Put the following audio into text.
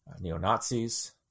neo-Nazis